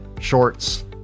shorts